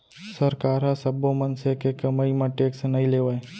सरकार ह सब्बो मनसे के कमई म टेक्स नइ लेवय